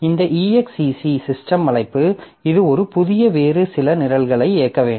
இந்த exec system அழைப்பு இது ஒரு புதிய வேறு சில நிரல்களை இயக்க வேண்டும்